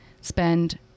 spend